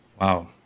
Wow